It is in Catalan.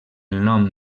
nom